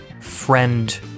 friend